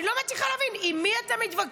אני לא מצליחה להבין, עם מי אתה מתווכח?